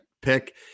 pick